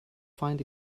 find